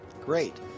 Great